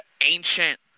ancient